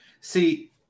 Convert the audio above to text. See